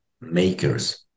makers